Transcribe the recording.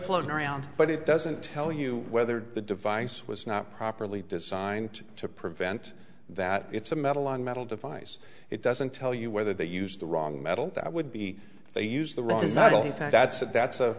floating around but it doesn't tell you whether the device was not properly designed to prevent that it's a metal on metal device it doesn't tell you whether they used the wrong metal that would be they used the wrong is that in fact that's it that's a